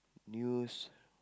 news